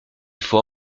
faut